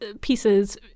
pieces